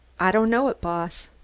i don't know it, boss.